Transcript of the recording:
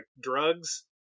drugs